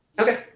okay